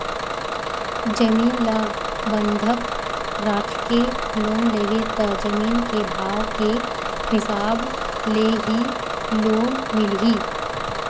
जमीन ल बंधक राखके लोन लेबे त जमीन के भाव के हिसाब ले ही लोन मिलही